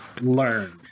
Learn